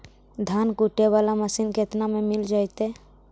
धान कुटे बाला मशीन केतना में मिल जइतै?